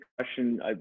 question